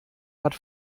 hat